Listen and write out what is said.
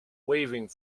waving